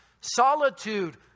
solitude